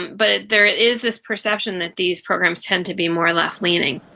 but there is this perception that these programs tend to be more left leaning.